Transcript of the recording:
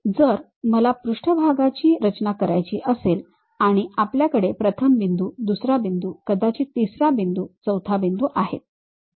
जर मला पृष्ठभागाची रचना करायची असेल आणि आपल्याकडे प्रथम बिंदू दुसरा बिंदू कदाचित तिसरा बिंदू चौथा बिंदू आहेत